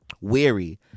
weary